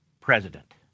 president